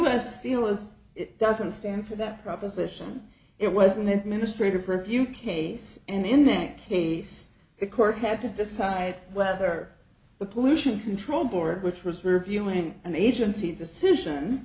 must feel as it doesn't stand for that proposition it was an administrative review case and in that case the court had to decide whether the pollution control board which was reviewing an agency decision